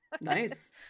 Nice